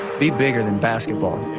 be bigger than basketball.